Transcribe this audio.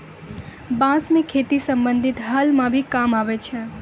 बांस सें खेती संबंधी हल म भी काम आवै छै